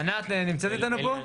נמצאת איתנו פה?